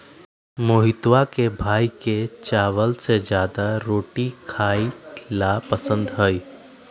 मोहितवा के भाई के चावल से ज्यादा रोटी खाई ला पसंद हई